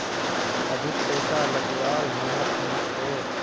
अधिक पैसा लागवार हिम्मत नी छे